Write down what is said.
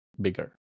bigger